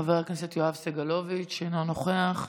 חבר הכנסת יואב סגלוביץ' אינו נוכח,